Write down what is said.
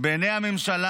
בעיני הממשלה,